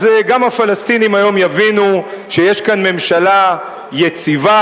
אז גם הפלסטינים היום יבינו שיש כאן ממשלה יציבה,